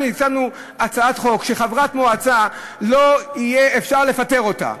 אנחנו הצענו הצעת חוק שחברת מועצה לא יהיה אפשר לפטר אותה.